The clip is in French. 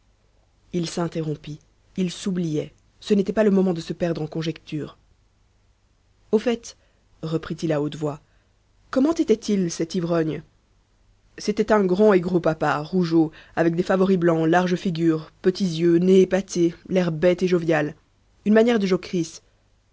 il s'interrompit il s'oubliait ce n'était pas le moment de se perdre en conjectures au fait reprit-il à haute voix comment était-il cet ivrogne c'était un grand et gros papa rougeaud avec des favoris blancs large figure petits yeux nez épaté l'air bête et jovial une manière de jocrisse